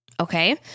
Okay